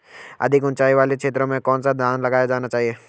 अधिक उँचाई वाले क्षेत्रों में कौन सा धान लगाया जाना चाहिए?